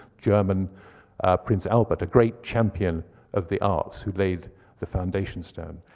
german prince albert, a great champion of the arts, who laid the foundation stone.